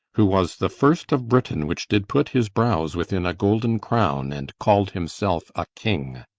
who was the first of britain which did put his brows within a golden crown, and call'd himself a king.